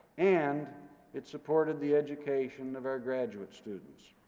and it supported the education of our graduate students.